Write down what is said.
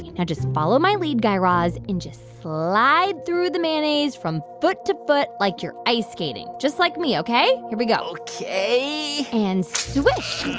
now just follow my lead, guy raz, and just slide through the mayonnaise from foot to foot like you're ice skating. just like me, ok? here we go ok and swish